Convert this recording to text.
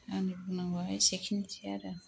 आंनि बुंनांगौया एसेनोसै आरो